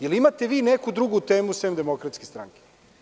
Da li vi imate neku drugu temu sem Demokratske stranke?